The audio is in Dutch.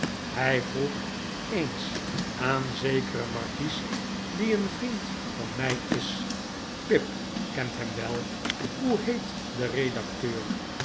hij vroeg eens aan zekeren markies die een vriend van mij is pip kent hem wel hoe heet de redacteur